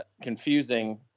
confusing